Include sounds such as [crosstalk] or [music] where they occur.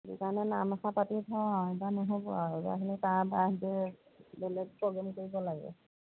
সেইকাৰণে নাম এশাৰ পাতি থওঁ এইবাৰ নহ'ব আৰু [unintelligible]